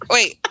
Wait